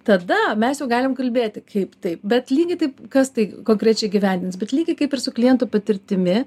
tada mes jau galim kalbėti kaip taip bet lygiai taip kas tai konkrečiai įgyvendins bet lygiai kaip ir su klientų patirtimi